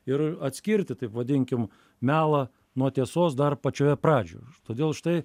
ir atskirti taip vadinkim melą nuo tiesos dar pačioje pradžioje todėl štai